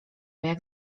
jak